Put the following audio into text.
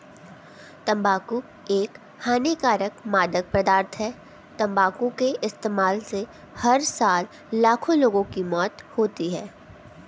तंबाकू एक हानिकारक मादक पदार्थ है, तंबाकू के इस्तेमाल से हर साल लाखों लोगों की मौत होती है